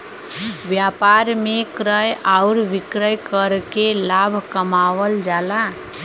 व्यापार में क्रय आउर विक्रय करके लाभ कमावल जाला